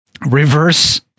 reverse